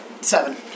Seven